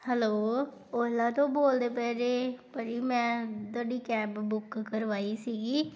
hello Ola ਤੋਂ ਬੋਲਦੇ ਪਏ ਜੇ ਭਾਅ ਜੀ ਮੈਂ ਤੁਹਾਡੀ ਕੈਬ ਬੁੱਕ ਕਰਵਾਈ ਸੀਗੀ